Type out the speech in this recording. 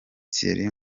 thierry